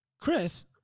Chris